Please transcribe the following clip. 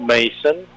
Mason